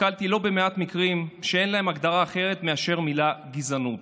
נתקלתי בלא במעט מקרים שאין להם הגדרה אחרת מאשר המילה "גזענות".